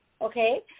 okay